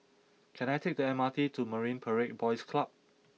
can I take the M R T to Marine Parade Boys Club